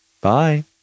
bye